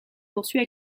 poursuit